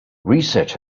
research